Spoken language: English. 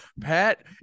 Pat